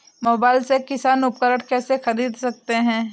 Mobile से किसान उपकरण कैसे ख़रीद सकते है?